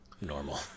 normal